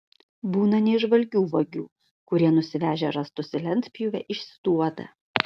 būna neįžvalgių vagių kurie nusivežę rąstus į lentpjūvę išsiduoda